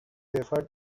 safer